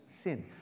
Sin